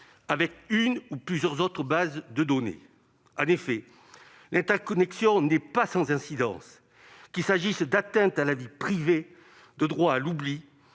avec une ou plusieurs autres bases de données ? En effet, l'interconnexion n'est pas sans incidence en termes d'atteintes à la vie privée, de droit à l'oubli